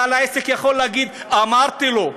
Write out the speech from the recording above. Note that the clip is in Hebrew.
בעל העסק יכול להגיד: אמרתי לו,